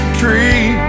tree